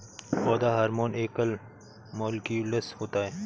पौधा हार्मोन एकल मौलिक्यूलस होता है